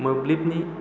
मोब्लिबनि